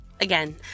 Again